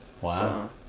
Wow